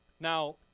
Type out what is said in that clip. Now